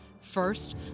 First